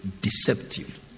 deceptive